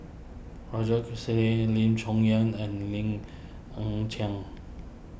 Roger Lim Chong Yah and Lim Ng Chiang